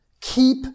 keep